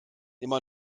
immer